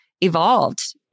evolved